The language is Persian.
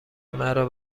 مرا